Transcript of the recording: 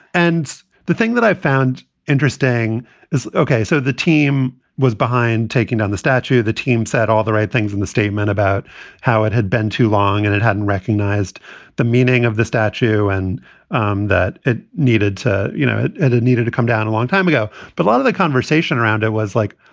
and the thing that i found interesting is, ok. so the team was behind taking down the statue. the team said all the right things in the statement about how it had been too long and it hadn't recognized the meaning of the statue and um that it needed to, you know, and it it needed to come down a long time ago. but a lot of the conversation around it was like,